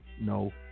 No